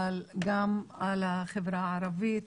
אבל גם בחברה הערבית,